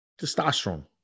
Testosterone